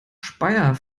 speyer